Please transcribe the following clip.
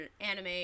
anime